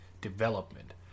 development